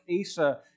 Asa